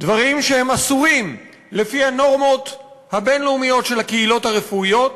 דברים שהם אסורים לפי הנורמות הבין-לאומיות של הקהילות הרפואיות.